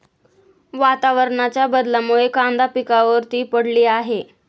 वातावरणाच्या बदलामुळे कांदा पिकावर ती पडली आहे